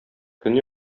көн